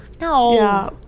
No